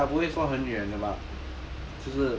okay lah 不会说很远的 but